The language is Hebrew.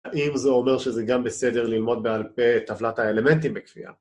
האם זה אומר שזה גם בסדר ללמוד בעל פה את טבלת האלמנטים בכפייה?